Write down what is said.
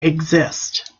exist